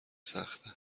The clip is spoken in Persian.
سخته